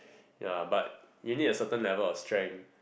ya but you need a certain level of strength